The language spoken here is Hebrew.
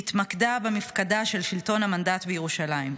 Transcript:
התמקדה במפקדה של שלטון המנדט בירושלים.